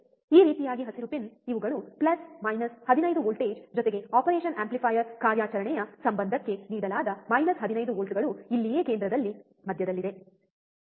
ಈ ರೀತಿಯಾಗಿ ಹಸಿರು ಪಿನ್ ಇವುಗಳು ಪ್ಲಸ್ ಮೈನಸ್ 15 ವೋಲ್ಟೇಜ್ ಜೊತೆಗೆ ಆಪರೇಷನ್ ಆಂಪ್ಲಿಫಯರ್ ಕಾರ್ಯಾಚರಣೆಯ ಸಂಬಂಧಕ್ಕೆ ನೀಡಲಾದ ಮೈನಸ್ 15 ವೋಲ್ಟ್ಗಳು ಇಲ್ಲಿಯೇ ಕೇಂದ್ರದಲ್ಲಿ ಮಧ್ಯದಲ್ಲಿದೆ